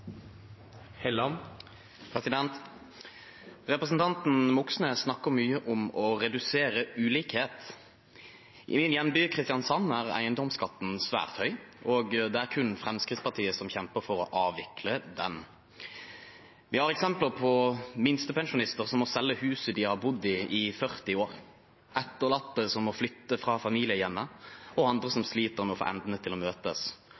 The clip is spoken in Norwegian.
eiendomsskatten svært høy, og det er kun Fremskrittspartiet som kjemper for å avvikle den. Vi har eksempler på minstepensjonister som må selge huset de har bodd i i 40 år, etterlatte som må flytte fra familiehjemmet, og andre som sliter med å få endene til møtes